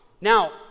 Now